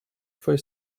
for